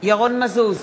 ירון מזוז,